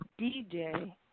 DJ